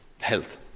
Health